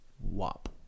wop